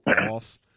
off